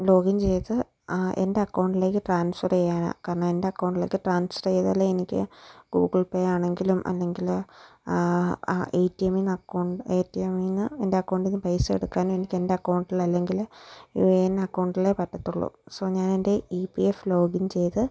login ചെയ്ത് എൻ്റെ അക്കൗണ്ടിലേക്ക് ട്രാൻസ്ഫർ ചെയ്യാനാണ് കാരണം എൻ്റെ അക്കൗണ്ടിലേക്ക് ട്രാൻസ്ഫർ ചെയ്താലെ എനിക്ക് ഗൂഗിൾ പ്പെ ആണെങ്കിലും അല്ലെങ്കിൽ ഏ റ്റി യെമ്മിൽനിന്ന് ഏ റ്റി യെമ്മിൽനിന്ന് എൻ്റെ അക്കൗണ്ടിൽനിന്ന് പൈസ എടുക്കാനും എനിക്ക് എൻ്റെ അക്കൗണ്ടിൽ അല്ലെങ്കിൽ യൂ യേ യെന്ന് അക്കൗണ്ടിലേ പറ്റത്തുള്ളൂ സൊ ഞാൻ എന്റെ ഈ പ്പി യെഫ് ലോഗിൻ ചെയ്ത്